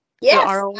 yes